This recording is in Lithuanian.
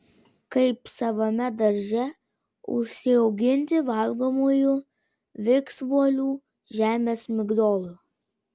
kaip savame darže užsiauginti valgomųjų viksvuolių žemės migdolų